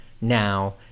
now